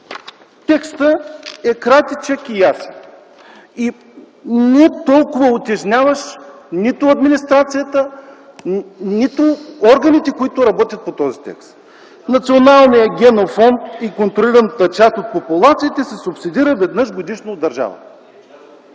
Текстът е кратичък и ясен и не е толкова утежняващ нито администрацията, нито органите, които работят по този текст. Националният генофонд и контролираната част от популациите се субсидират веднъж годишно от държавата.